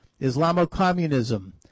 Islamo-Communism